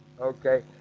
Okay